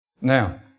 Now